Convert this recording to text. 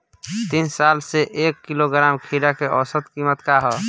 तीन साल से एक किलोग्राम खीरा के औसत किमत का ह?